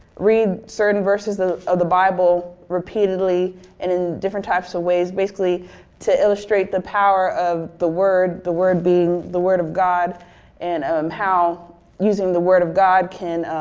read certain verses of the bible repeatedly and in different types of ways basically to illustrate the power of the word the word being the word of god and um how using the word of god can